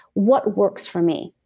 what works for me?